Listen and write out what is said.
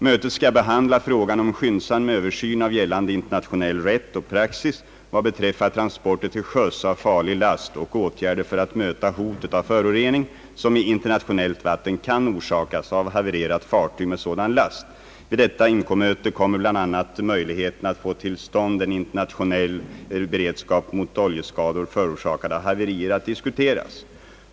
Mötet skall behandla frågan om en skyndsam översyn av gällande internationell rätt och praxis vad beträffar transporter till sjöss av farlig last och åtgärder för att möta hotet av förorening, som i internationellt vatten kan orsakas av havererat fartyg med sådan last. Vid detta IMCO-möte kommer bl.a. möjligheterna att få till stånd en internationell beredskap mot oljeskador förorsakade av haverier att diskuteras.